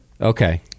okay